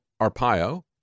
Arpaio